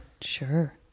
Sure